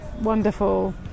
wonderful